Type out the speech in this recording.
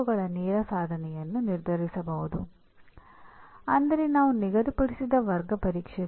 ಈಗ outcome based education ಏನೆಂದು ಪಚಾರಿಕವಾಗಿ ವ್ಯಾಖ್ಯಾನಿಸೋನಾ